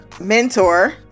mentor